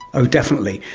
oh definitely.